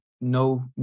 no